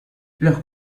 los